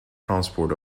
transport